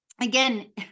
again